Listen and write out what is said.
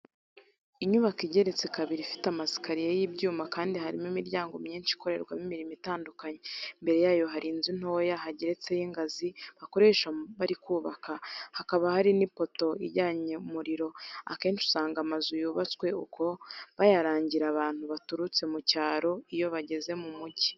Inyubako igeretse kabiri ifite amasikariye y'ibyuma kandi harimo imiryango myinshi ikorerwamo imirimo itandukanye, imbere yayo hari inzu ntoya hegetseho ingazi bakoresha bari kubaka, hakaba hari n'ipoto ijyanamo umuriro, akenshi usanga amazu yubatswe uku bayarangarira abantu baturutse mu cyaro iyo bageze mu mujyi.